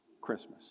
Christmas